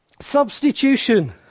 substitution